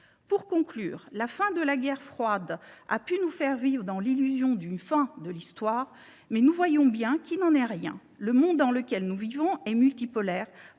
Pour conclure, la fin de la Guerre froide a pu nous faire vivre dans l’illusion d’une « fin de l’histoire », mais nous voyons bien qu’il n’en est rien. Le monde dans lequel nous vivons est multipolaire,